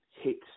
hits